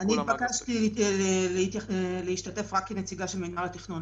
נתבקשתי להשתתף רק כנציגה של מינהל התכנון,